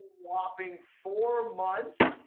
whopping four months.